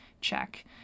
Check